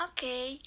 Okay